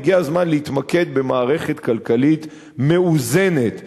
והגיע הזמן להתמקד במערכת כלכלית מאוזנת,